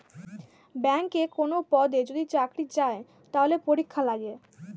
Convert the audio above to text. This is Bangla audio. ব্যাংকে কোনো পদে যদি চাকরি চায়, তাহলে পরীক্ষা লাগে